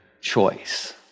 choice